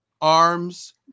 arms